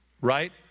Right